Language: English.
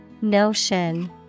Notion